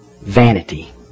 vanity